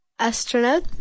Astronaut